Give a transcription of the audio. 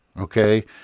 Okay